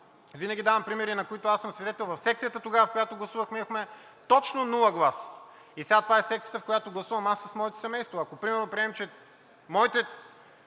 Винаги давам примери, на които аз съм свидетел. В секцията тогава, в която гласувах, имахме точно нула гласа и това е секцията, в която аз гласувам, аз с моето семейство. Ако примерно приемем, че моите